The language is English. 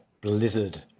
blizzard